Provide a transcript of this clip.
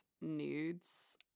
nudes